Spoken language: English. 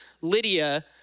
Lydia